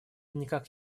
никак